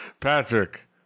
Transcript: Patrick